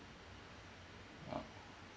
oh